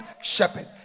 shepherd